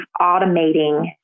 automating